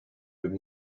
would